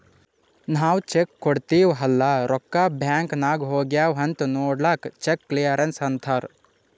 ನಾವ್ ಚೆಕ್ ಕೊಡ್ತಿವ್ ಅಲ್ಲಾ ರೊಕ್ಕಾ ಬ್ಯಾಂಕ್ ನಾಗ್ ಹೋಗ್ಯಾವ್ ಅಂತ್ ನೊಡ್ಲಕ್ ಚೆಕ್ ಕ್ಲಿಯರೆನ್ಸ್ ಅಂತ್ತಾರ್